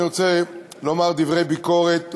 אני רוצה לומר דברי ביקורת,